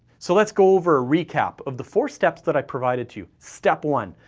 so let's go over a recap of the four steps that i provided to you. step one.